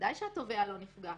בוודאי שהנתבע לא נפגע.